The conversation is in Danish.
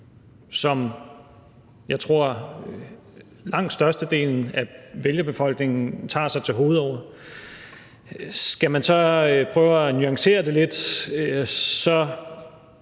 som jeg tror langt størstedelen af vælgerbefolkningen tager sig til hovedet over. Hvis man skal prøve at nuancere det lidt,